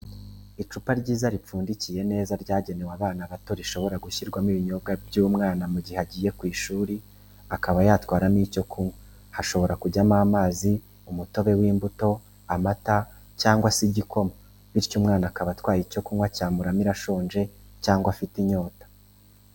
Icupa ryiza ripfundikiye neza ryagenewe abana bato rishobora gushyirwamo ibinyobwa by'umwana mu gihe agiye ku ishuri akaba yatwaramo icyo kunywa hashobora kujyamo amazi umutobe w'imbuto, amata cyangwa se igikoma bityo umwana akaba atwaye icyo kunywa cyamuramira ashonje cyangwa afite inyota